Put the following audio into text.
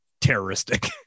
terroristic